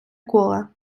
коле